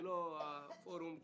זה לא הפורום המתאים.